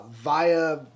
via